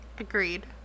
Agreed